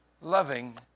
loving